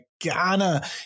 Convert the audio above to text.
Ghana